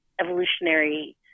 evolutionary